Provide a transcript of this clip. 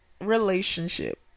relationship